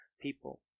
people